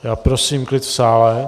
Já prosím klid v sále.